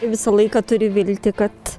visą laiką turi viltį kad